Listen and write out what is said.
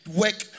work